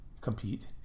compete